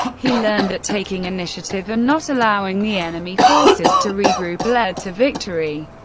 he learned that taking initiative and not allowing the enemy forces to regroup led to victory.